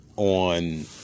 On